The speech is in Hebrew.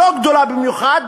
לא גדולה במיוחד,